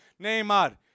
Neymar